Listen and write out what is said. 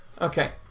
Okay